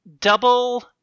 Double